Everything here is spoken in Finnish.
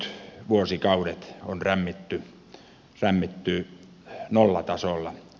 nyt vuosikaudet on rämmitty nollatasolla